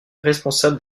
responsable